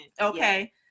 Okay